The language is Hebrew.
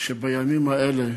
שבימים האלה,